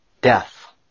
Death